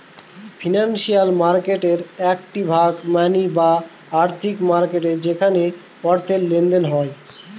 financial মার্কেটের একটি ভাগ মানি বা আর্থিক মার্কেট যেখানে অর্থের লেনদেন হয়